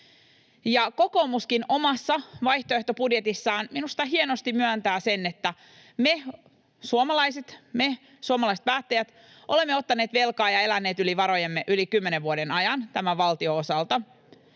Kokoomuskin omassa vaihtoehtobudjetissaan minusta hienosti myöntää sen, että me suomalaiset ja me suomalaiset päättäjät olemme ottaneet velkaa ja eläneet yli varojemme tämän valtion osalta